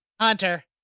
Hunter